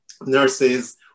nurses